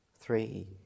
Three